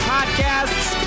Podcasts